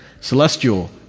Celestial